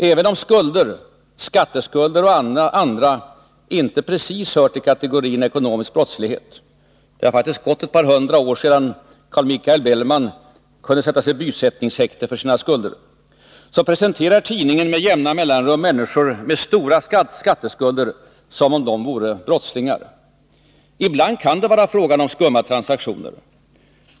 Även om skulder, skatteskulder och andra, inte precis hör till kategorin ekonomisk brottslighet — det har faktiskt gått ett par hundra år sedan Carl Michael Bellman kunde sättas i bysättningshäkte för sina skulder — presenterar tidningen med jämna mellanrum människor med stora skatteskulder som om de vore brottslingar. Ibland kan det vara fråga om skumma transaktioner.